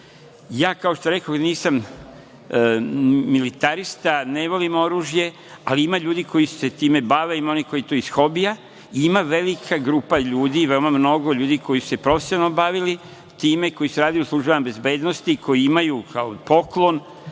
Kao što rekoh, nisam militarista, ne volim oružje, ali ima ljudi koji se time bave, ima onih koji to iz hobija, ima velika grupa ljudi, veoma mnogo ljudi koji su se profesionalno bavili time, koji su radili u službama bezbednosti, koji imaju kao